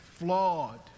Flawed